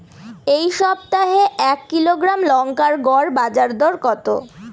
এই সপ্তাহে এক কিলোগ্রাম লঙ্কার গড় বাজার দর কত?